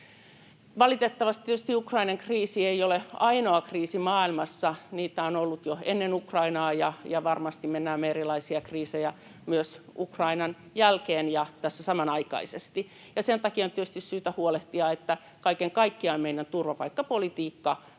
Valitettavasti Ukrainan kriisi ei tietenkään ole ainoa kriisi maailmassa — niitä on ollut jo ennen Ukrainaa, ja varmasti me näemme erilaisia kriisejä myös Ukrainan jälkeen ja tässä samanaikaisesti — ja sen takia on tietysti syytä huolehtia, että kaiken kaikkiaan meidän turvapaikkapolitiikka on